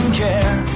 care